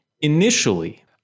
Initially